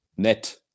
Net